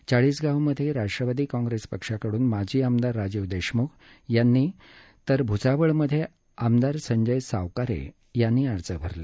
चाळीसगावमधे Rashtrawadi Congress पक्षाकडून माजी आमदार राजीव देशमुख यांनी तर भुसावळमधे आमदार संजय सावकारे यांनी अर्ज भरले